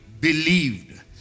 believed